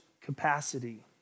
capacity